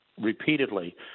repeatedly